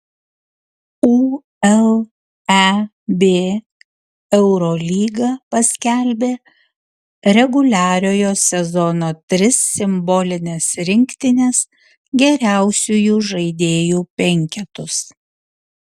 uleb eurolyga paskelbė reguliariojo sezono tris simbolines rinktines geriausiųjų žaidėjų penketus